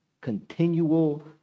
Continual